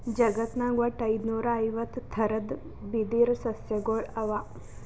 ಜಗತ್ನಾಗ್ ವಟ್ಟ್ ಐದುನೂರಾ ಐವತ್ತ್ ಥರದ್ ಬಿದಿರ್ ಸಸ್ಯಗೊಳ್ ಅವಾ